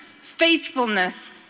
faithfulness